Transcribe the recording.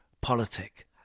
politic